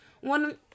One